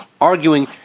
arguing